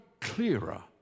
clearer